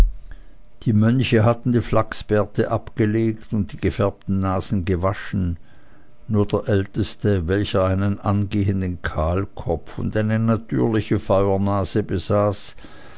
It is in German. die mönche hatten die flachsbärte abgelegt und die gefärbten nasen gewaschen nur der älteste welcher einen angehenden kahlkopf und eine natürliche feuernase besaß